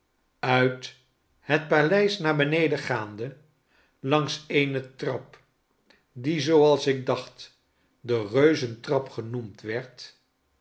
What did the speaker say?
uit het paleis naar beneden gaande langs eene trap die zooals ik dacht de reuz entrap genoemd werd